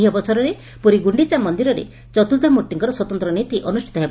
ଏହି ଅବସରରେ ପୁରୀ ଗୁଣ୍ଡିଚା ମନ୍ଦିରରେ ଚତିର୍ବ୍ଧାମର୍ଭିଙ୍କର ସ୍ୱତନ୍ତ ନୀତି ଅନୁଷ୍ଷିତ ହେବ